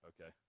Okay